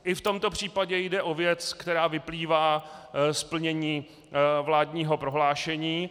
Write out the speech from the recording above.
I v tomto případě jde o věc, která vyplývá z plnění vládního prohlášení.